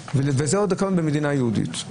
ועוד הכול קורה במדינה יהודית.